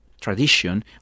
tradition